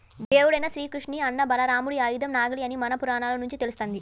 దేవుడైన శ్రీకృష్ణుని అన్న బలరాముడి ఆయుధం నాగలి అని మన పురాణాల నుంచి తెలుస్తంది